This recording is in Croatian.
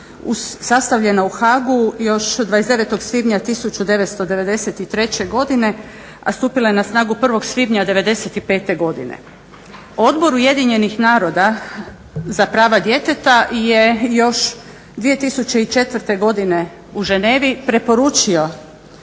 sastavljena u Haagu još 29. svibnja 1993. godine, a stupila je na snagu 1. svibnja '95. godine. Odbor UN-a za prava djeteta je još 2004. godine u Ženevi preporučio